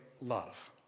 love